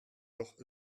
doch